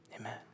Amen